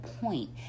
point